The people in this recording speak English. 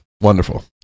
Wonderful